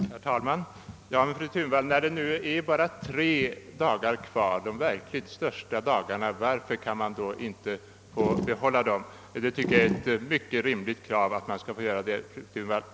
Herr talman! Men fru Thunvall, när det nu bara finns kvar de tre verkligt stora helgdagarna som nöjesfria dagar, varför kan vi inte få behålla dem på detta sätt? Det tycker jag ändå är ett rimligt krav, fru Thunvall.